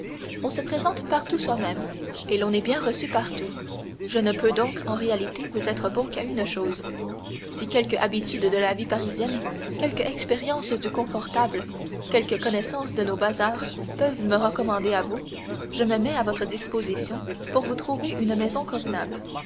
on se présente partout soi-même et l'on est bien reçu partout je ne peux donc en réalité vous être bon qu'à une chose si quelque habitude de la vie parisienne quelque expérience du confortable quelque connaissance de nos bazars peuvent me recommander à vous je me mets à votre disposition pour vous trouver une maison convenable